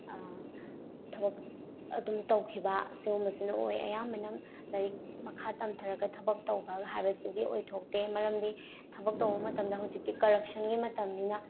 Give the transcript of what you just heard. ꯊꯕꯛ ꯑꯗꯨꯝ ꯇꯧꯈꯤꯕ ꯁꯤꯒꯨꯝꯕꯁꯤꯅ ꯑꯣꯏ ꯑꯌꯥꯝꯕꯅ ꯂꯥꯏꯔꯤꯛ ꯃꯈꯥ ꯇꯝꯊꯔꯒ ꯊꯕꯛ ꯇꯧꯕꯒ ꯍꯥꯏꯕꯁꯤꯗꯤ ꯑꯣꯏꯊꯣꯛꯇꯦ ꯃꯔꯝꯗꯤ ꯊꯕꯛ ꯇꯧꯕ ꯃꯇꯝꯗ ꯍꯧꯖꯤꯛꯇꯤ ꯀꯔꯞꯁꯟꯒꯤ ꯃꯇꯝꯅꯤꯅ